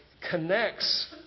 connects